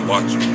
Watch